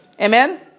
Amen